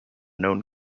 known